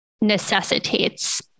necessitates